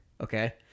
okay